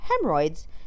hemorrhoids